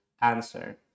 answer